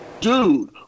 dude